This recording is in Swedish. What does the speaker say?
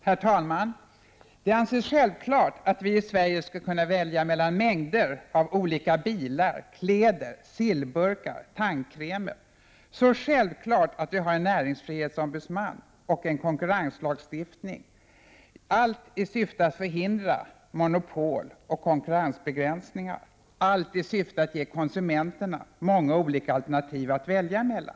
Herr talman! Det anses självklart att vi i Sverige skall kunna välja mellan mängder av olika bilar, kläder, sillburkar och tandkrämer, så självklart att vi har en näringsfrihetsombudsman och en konkurrenslagstiftning, allt i syfte att förhindra monopol och konkurrensbegränsningar, allt i syfte att ge konsumenterna många olika alternativ att välja mellan.